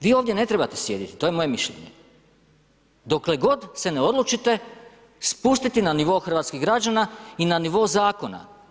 Vi ovdje ne trebate sjediti, to je moje mišljenje, dokle god se ne odlučite spustiti na nivo hrvatskih građana i na nivo zakona.